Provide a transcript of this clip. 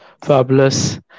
Fabulous